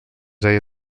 deia